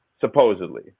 supposedly